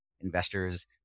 investors